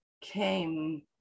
came